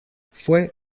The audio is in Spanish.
fue